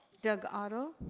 doug otto.